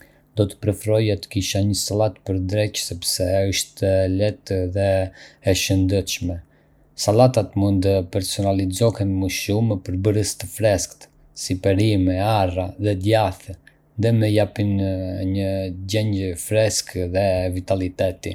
Do të preferoja të kisha një sallatë për drekë sepse është e lehtë dhe e shëndetshme. Sallatat mund të personalizohen me shumë përbërës të freskët, si perime, arra dhe djathë, dhe më japin një ndjenjë freskie dhe vitaliteti.